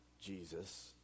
Jesus